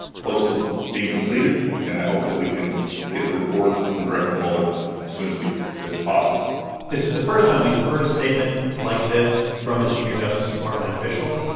close to being completed. and i hope that we can get the report from director mueller soon as we as possible this is the first time we've heard a statement like this from a senior justice department official.